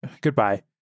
Goodbye